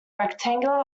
rectangular